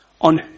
on